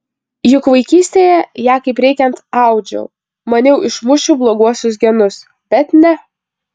juk vaikystėje ją kaip reikiant audžiau maniau išmušiu bloguosius genus bet ne